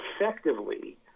effectively